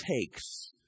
takes